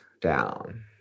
down